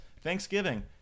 Thanksgiving